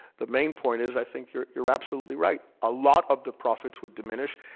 the main point is i think you're you're absolutely right, a lot of the profits would diminish.